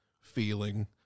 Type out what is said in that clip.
feeling